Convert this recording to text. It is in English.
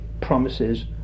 promises